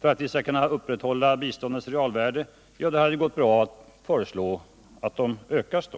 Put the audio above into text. för att vi skall kunna upprätthålla biståndets realvärde, hade det gått bra att föreslå att de ökas.